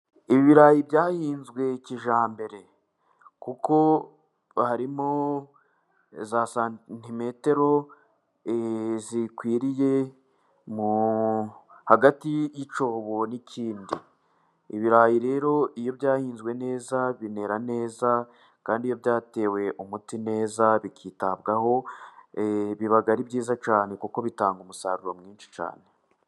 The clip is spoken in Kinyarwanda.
Ibirayi byahinzwe kijyambere, kuko harimo za santimetero zikwiriye hagati y'icyobo n'ikindi. Ibirayi rero iyo byahinzwe neza, binera neza, kandi iyo byatewe umuti neza, bikitabwaho ,biba ari byiza cyane, kuko bitanga umusaruro mwinshi cyane.